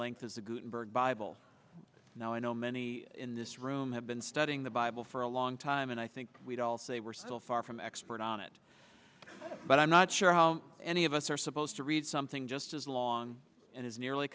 gutenberg bible now i know many in this room have been studying the bible for a long time and i think we'd all say we're still far from expert on it but i'm not sure how any of us are supposed to read something just as long and as nearly